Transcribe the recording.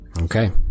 okay